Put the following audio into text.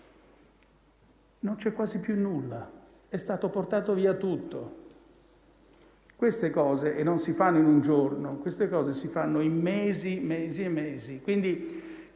Non c'è quasi più nulla, è stato portato via tutto. Queste cose non si fanno in un giorno, ma si fanno in mesi e mesi;